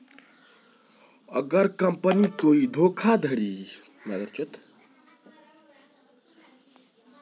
अगर कंपनी कोई धोखाधड़ी करती है तो मैं अपने पैसे का दावा कैसे कर सकता हूं?